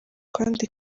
kandi